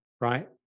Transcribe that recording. right